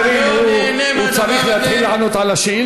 חברים, הוא צריך להתחיל לענות על השאילתה.